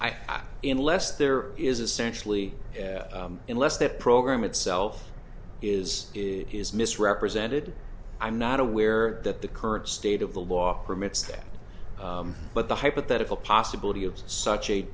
e in less there is essentially unless that program itself is is misrepresented i'm not aware that the current state of the law permits that but the hypothetical possibility of such a